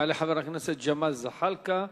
יעלה חבר הכנסת ג'מאל זחאלקה,